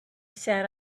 sat